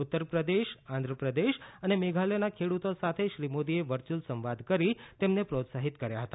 ઉત્તર પ્રદેશ આંધ્રપ્રદેશ અને મેઘાલયના ખેડૂતો સાથે શ્રી મોદીએ વર્ચુયલ સંવાદ કરી તેમને પ્રોત્સાહિત કર્યા હતા